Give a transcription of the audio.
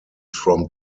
from